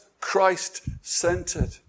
Christ-centered